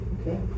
Okay